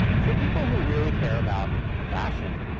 for people who really care about fashion,